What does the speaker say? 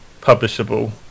publishable